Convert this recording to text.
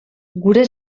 gure